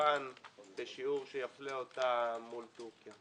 יוון בשיעור שיפלה אותה מול טורקיה.